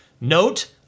note